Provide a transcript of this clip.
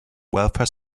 welfare